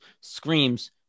screams